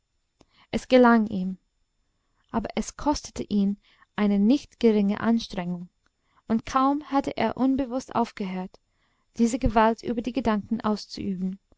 es gelang ihm aber es kostete ihn eine nicht geringe anstrengung und kaum hatte er unbewußt aufgehört diese gewalt über die gedanken auszuüben